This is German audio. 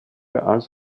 als